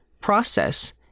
process